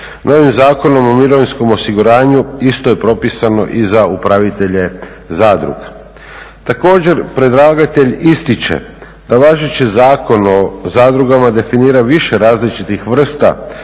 Novim Zakonom o mirovinskom osiguranju isto je propisano i za upravitelje zadruga. Također predlagatelj ističe da važeći Zakon o zadrugama definira više različitih vrsta